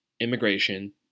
immigration